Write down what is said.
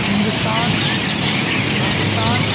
Hindustan Pakistan